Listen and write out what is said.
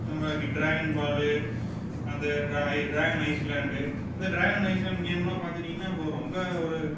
நம்ம கிட்ட dragon ball அந்த டிரா ஐ டிராகன் ஐஸ்லாண்டு இந்த டிராகன் ஐஸ்லாண்ட் கேம்லாம் பார்த்துட்டீங்கன்னா இப்போது ரொம்ப ஒரு